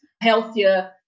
healthier